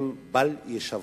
והם בל-יישברו.